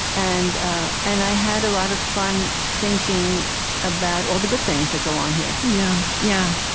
and ah and i had a lot of fun thinking about all the good things that go on here yeah yeah